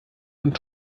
und